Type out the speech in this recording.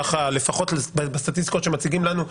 ככה לפחות בסטטיסטיקות שמציגים לנו,